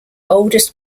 oldest